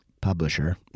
publisher